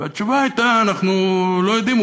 והתשובה הייתה: אנחנו לא יודעים,